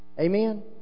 Amen